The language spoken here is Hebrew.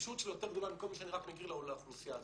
שהרגישות שלו יותר גדולה מכל מי שאני מכיר לאוכלוסייה הזאת.